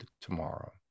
tomorrow